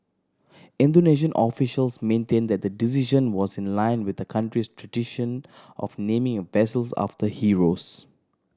Indonesian officials maintained that the decision was in line with the country's tradition of naming vessels after heroes